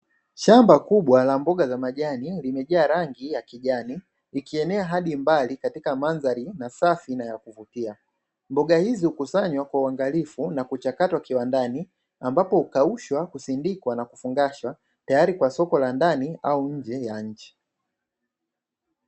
Shamba kubwa la mboga za majani limejaa rangi ya kijani, likienea hadi mbali katika mandhari safi na ya kuvutia mboga hizi hukusanywa kwa uangalifu na kuchakatwa kiwandani huko hukaushwa, kusindikwa na kufungashwa tayari kwa soko la ndani au nje ya nchi.